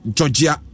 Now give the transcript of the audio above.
Georgia